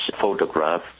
photograph